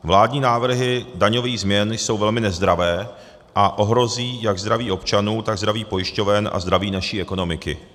Vládní návrhy daňových změn jsou velmi nezdravé a ohrozí jak zdraví občanů, tak zdraví pojišťoven a zdraví naší ekonomiky.